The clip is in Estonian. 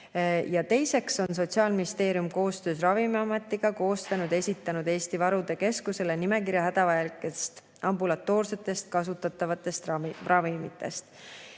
Teiseks on Sotsiaalministeerium koostöös Ravimiametiga koostanud ja esitanud Eesti Varude Keskusele nimekirja hädavajalikest ambulatoorselt kasutatavatest ravimitest.